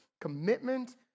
commitment